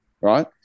right